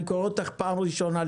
אני קורא אותך לסדר בפעם הראשונה.